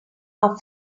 our